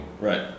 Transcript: Right